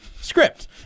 Script